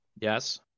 Yes